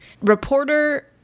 Reporter